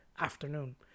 afternoon